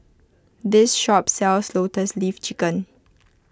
this shop sells Lotus Leaf Chicken